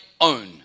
own